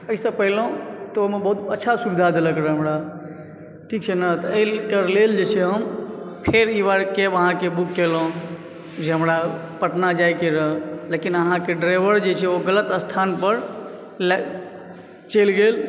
एहिसॅं पहिनेहुॅं तऽ ओहिमे बहुत अच्छा सुविधा देलक रह हमरा ठीक छै ने तऽ एहिके लेल जे छै हम फेर उ बला कैब अहाँके बुक कएलहुॅं जे हमरा पटना जायके रहय लेकिन अहाँके ड्राइवर जे छै ओ ग़लत स्थान पर लएके चलि गेल